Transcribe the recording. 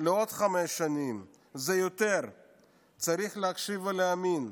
לעוד חמש שנים" צריך להקשיב כדי להאמין,